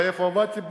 ואיפה עבדתי?